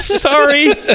Sorry